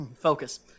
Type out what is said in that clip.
Focus